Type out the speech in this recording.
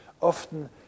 often